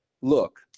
look